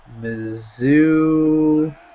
Mizzou